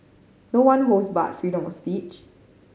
no one holds barred freedom speech